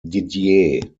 didier